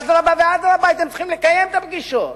אדרבה ואדרבה, הייתם צריכים לקיים את הפגישות.